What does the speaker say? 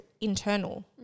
internal